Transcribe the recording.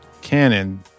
Canon